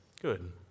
Good